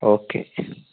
okay